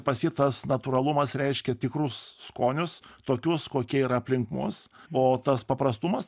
pas jį tas natūralumas reiškia tikrus skonius tokius kokie yra aplink mus o tas paprastumas